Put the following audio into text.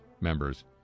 members